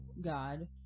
God